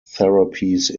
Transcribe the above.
therapies